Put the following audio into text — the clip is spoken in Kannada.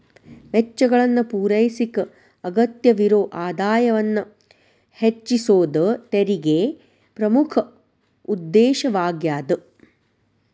ವೆಚ್ಚಗಳನ್ನ ಪೂರೈಸಕ ಅಗತ್ಯವಿರೊ ಆದಾಯವನ್ನ ಹೆಚ್ಚಿಸೋದ ತೆರಿಗೆ ಪ್ರಮುಖ ಉದ್ದೇಶವಾಗ್ಯಾದ